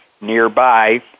nearby